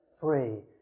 free